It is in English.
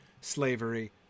Slavery